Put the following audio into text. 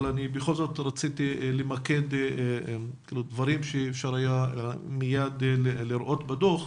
אבל אני בכל זאת רציתי למקד דברים שאפשר היה מייד לראות בדוח.